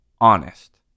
honest